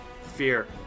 fear